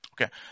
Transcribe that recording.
Okay